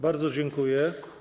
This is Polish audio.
Bardzo dziękuję.